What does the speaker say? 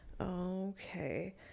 okay